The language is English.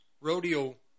rodeo